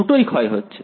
দুটোই ক্ষয় হচ্ছে